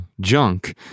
junk